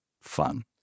fun